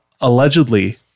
Allegedly